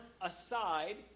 aside